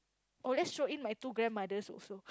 oh let's throw in my two grandmothers also